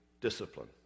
discipline